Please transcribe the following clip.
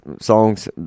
songs